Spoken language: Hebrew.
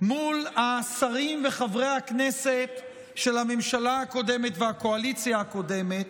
מול השרים וחברי הכנסת של הממשלה הקודמת והקואליציה הקודמת,